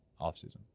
offseason